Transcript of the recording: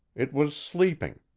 it was sleeping.